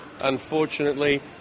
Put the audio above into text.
unfortunately